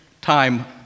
time